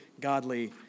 godly